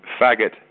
faggot